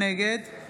נגד